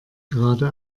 gerade